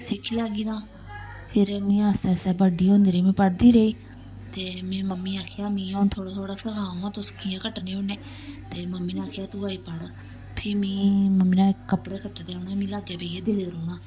सिक्खी लैगी तां फिर मी आस्त आस्ता में बड्डी होंदी रेही पढ़दी रेही ते में मम्मी गी आखेआ मिगी हून थोह्ड़ा थोह्ड़ा सखाओ हां तुस कि'यां कट्टने होन्ने ते मम्मी ने आखेआ तूं अजें पढ़ फ्ही मिगी मम्मी ने कपड़े कट्टदे रौनें मिगी ला्गगै बेहियै दिखदे रौह्ना